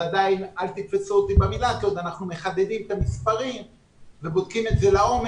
ואל תתפסו אותי במילה כי אנחנו מחדדים את המספרים ובודקים את זה לעומק,